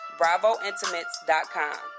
bravointimates.com